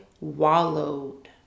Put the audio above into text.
wallowed